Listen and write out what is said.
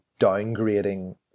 downgrading